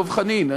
דב חנין,